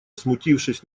смутившись